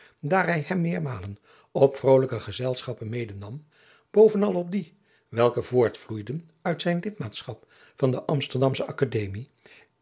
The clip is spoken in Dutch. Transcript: hij hem meermalen op vrolijke gezelschappen medenam bovenal op die welke voortvloeiden uit zijn lidmaatschap van de amsterdam sche akademie